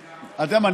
אתה יודע מה?